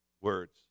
Words